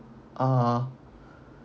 ah